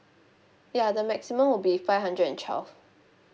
ya the maximum will be five hundred and twelve